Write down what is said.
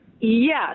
Yes